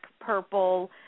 purple